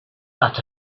that